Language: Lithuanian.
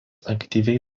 aktyviai